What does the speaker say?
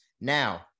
Now